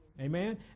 Amen